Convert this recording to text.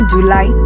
July